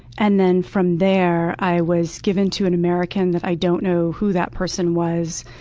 and then from there, i was given to an american that i don't know who that person was,